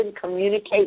communicate